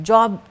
Job